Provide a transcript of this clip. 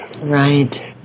Right